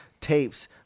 Tapes